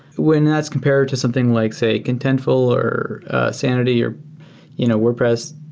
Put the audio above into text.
when that's compared to something like, say, contentful, or sanity, or you know wordpress,